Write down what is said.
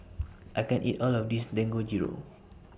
I can't eat All of This Dangojiru